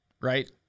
right